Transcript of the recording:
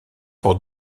pour